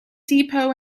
depot